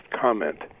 comment